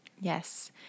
Yes